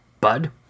bud